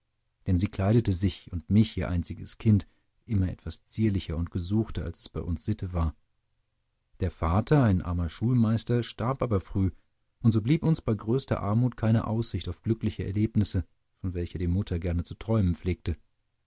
denn sie kleidete sich und mich ihr einziges kind immer etwas zierlicher und gesuchter als es bei uns sitte war der vater ein armer schulmeister starb aber früh und so blieb uns bei größter armut keine aussicht auf glückliche erlebnisse von welchen die mutter gerne zu träumen pflegte